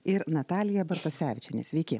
ir natalija bartosevičiene sveiki